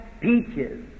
peaches